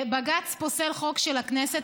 בג"ץ פוסל חוק של הכנסת,